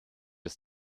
des